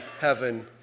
heaven